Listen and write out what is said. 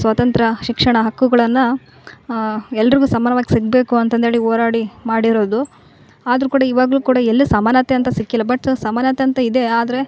ಸ್ವಾತಂತ್ರ್ಯ ಶಿಕ್ಷಣ ಹಕ್ಕುಗಳನ್ನ ಎಲ್ಲರಿಗು ಸಮಾನವಾಗಿ ಸಿಗಬೇಕು ಅಂತಂದೇಳಿ ಹೋರಾಡಿ ಮಾಡಿರೋದು ಆದರು ಕೂಡ ಇವಾಗಲು ಕೂಡ ಎಲ್ಲು ಸಮಾನತೆ ಅಂತ ಸಿಕ್ಕಿಲ್ಲ ಬಟ್ ಸಮಾನತೆ ಅಂತ ಇದೆ ಆದರೆ